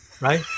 right